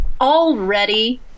already